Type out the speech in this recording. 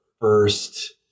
first